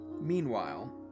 meanwhile